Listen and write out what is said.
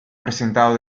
presentado